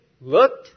looked